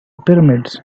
pyramids